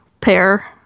pair